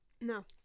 No